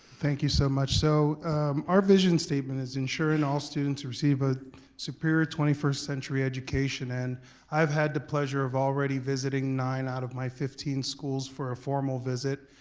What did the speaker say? thank you so much, so our vision statement is ensuring all students receive a superior twenty first century education, and i've had the pleasure of already visiting nine out of my fifteen schools for a formal visit,